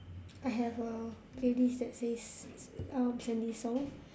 I have a playlist that says um trendy songs